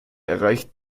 erreicht